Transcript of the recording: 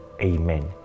Amen